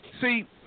See